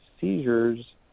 seizures